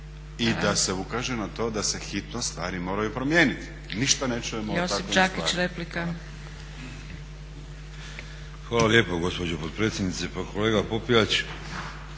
i da se ukaže na to da se hitno stvari moraju promijeniti. Ništa ne čujemo o takvim stvarima.